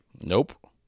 nope